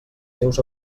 seus